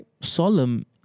solemn